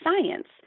science